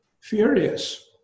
furious